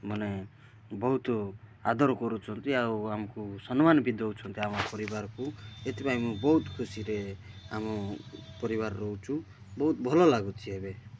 ମାନେ ବହୁତ ଆଦର କରୁଛନ୍ତି ଆଉ ଆମକୁ ସମ୍ମାନ ବି ଦେଉଛନ୍ତି ଆମ ପରିବାରକୁ ଏଥିପାଇଁ ମୁଁ ବହୁତ ଖୁସିରେ ଆମ ପରିବାର ରହୁଛୁ ବହୁତ ଭଲ ଲାଗୁଛି ଏବେ